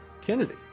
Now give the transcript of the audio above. Kennedy